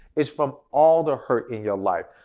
it's from all the hurt in your life.